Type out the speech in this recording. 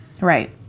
Right